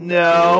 no